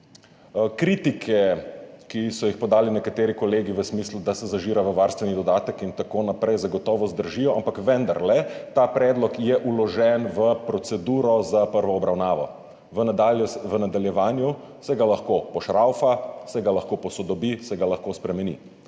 Kritike, ki so jih podali nekateri kolegi v smislu, da se zažira v varstveni dodatek in tako naprej, zagotovo zdržijo, ampak vendarle ta predlog je vložen v proceduro za prvo obravnavo. V nadaljevanju se ga lahko pošraufa, se ga lahko posodobi, se ga lahko spremeni.